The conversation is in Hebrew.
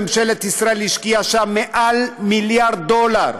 שממשלת ישראל השקיעה שם מעל מיליארד דולר,